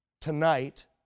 Tonight